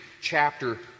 chapter